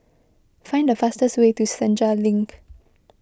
find the fastest way to Senja Link